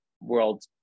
world